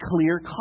clear